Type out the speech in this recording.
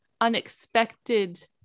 unexpected